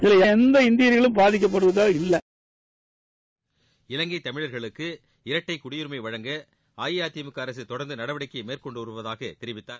இதில் எந்த இந்தியர்களும் பாதிக்கப்படப்போவதில்லை இவங்கை தமிழர்களுக்கு இரட்டை குடியுரிமை வழங்க அஇஅதிமுக அரசு தொடர்ந்து நடவடிக்கை மேற்கொண்டு வருவதாக தெரிவித்தார்